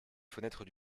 fenêtres